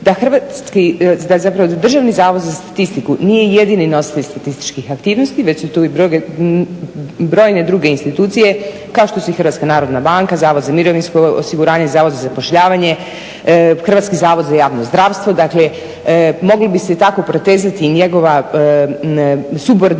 podsjetiti ću da zapravo Državni zavod za statistiku nije jedini nositelj statističkih aktivnosti već su tu i brojne druge institucije kao što su i HNB, Zavod za mirovinsko osiguranje, Zavodu za zapošljavanje, Hrvatski zavod za javno zdravstvo. Dakle, moglo bi se i tako protezati njegova subordiniranost